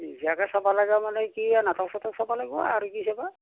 নিজাকৈ চাব লগা মানে কি আৰু নাটক চাটক চাব লাগিব আৰু কি চাবা